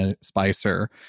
Spicer